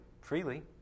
freely